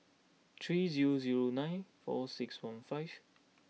three zero zero nine four six one five